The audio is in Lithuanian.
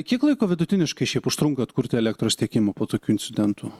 kiek laiko vidutiniškai šiaip užtrunka atkurti elektros tiekimą po tokių incidentų